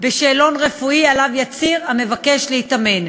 בשאלון רפואי שעליו יצהיר המבקש להתאמן.